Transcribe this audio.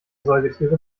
säugetiere